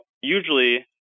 usually